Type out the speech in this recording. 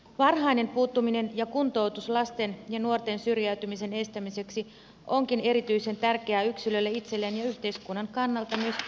varhainen puuttuminen ja kuntoutus lasten ja nuorten syrjäytymisen estämiseksi onkin erityisen tärkeää yksilölle itselleen ja myös yhteiskunnan kannalta taloudellisesti kannattavaa